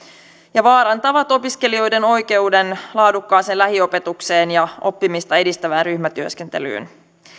ja vaarantavat opiskelijoiden oikeuden laadukkaaseen lähiopetukseen ja oppimista edistävään ryhmätyöskentelyyn